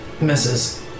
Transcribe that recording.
Misses